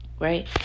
Right